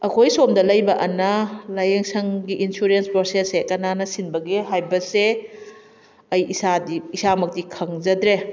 ꯑꯩꯈꯣꯏ ꯁꯣꯝꯗ ꯂꯩꯕ ꯑꯅꯥ ꯂꯥꯏꯌꯦꯡ ꯁꯪꯒꯤ ꯏꯟꯁꯨꯔꯦꯟꯁ ꯄ꯭ꯔꯣꯁꯦꯁꯁꯦ ꯀꯅꯥꯅ ꯁꯤꯟꯕꯒꯦ ꯍꯥꯏꯕꯁꯦ ꯑꯩ ꯏꯁꯥꯗꯤ ꯏꯁꯥꯃꯛꯇꯤ ꯈꯪꯖꯗ꯭ꯔꯦ